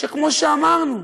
שכמו שאמרנו,